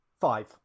Five